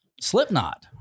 Slipknot